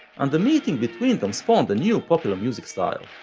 and the meeting between them spawned a new popular music style.